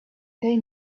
they